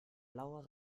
blauer